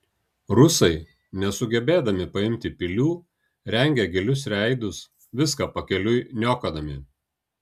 rusai nesugebėdami paimti pilių rengė gilius reidus viską pakeliui niokodami